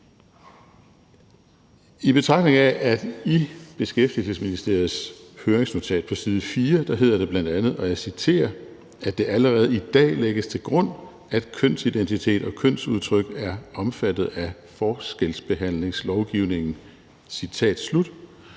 I betragtning af at det i Beskæftigelsesministeriets høringsnotat på side 4 hedder, og jeg citerer, »at det allerede i dag lægges til grund, at kønsidentitet og kønsudtryk er omfattet af forskelsbehandlingslovgivningen«, og lidt